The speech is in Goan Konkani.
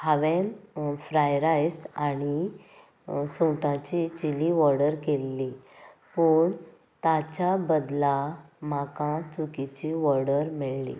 हांवेन फ्राय रायस आनी सुंगटाची चिली वॉर्डर केल्ली पूण ताच्या बदला म्हाका चुकिची वॉर्डर मेळ्ळी